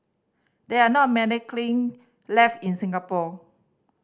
there are not many kiln left in Singapore